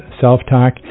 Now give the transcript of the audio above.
self-talk